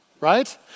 right